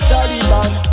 Taliban